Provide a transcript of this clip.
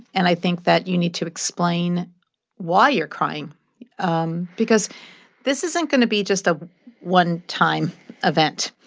and i think that you need to explain why you're crying um because this isn't going to be just a one-time event,